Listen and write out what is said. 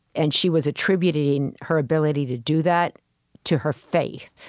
and she was attributing her ability to do that to her faith.